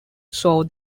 saw